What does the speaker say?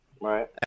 Right